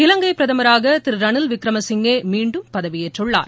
இலங்கை பிரதமராக திரு ரனில் விக்ரமசிங்கே மீண்டும் பதவியேற்றுள்ளார்